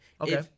Okay